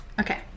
Okay